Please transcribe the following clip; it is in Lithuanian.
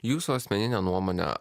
jūsų asmenine nuomone